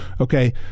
Okay